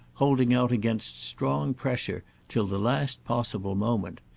holding out against strong pressure, till the last possible moment.